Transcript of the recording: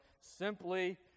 simply